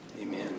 Amen